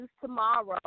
tomorrow